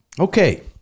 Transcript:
okay